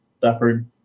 suffered